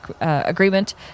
agreement